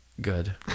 Good